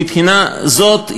מבחינה זאת,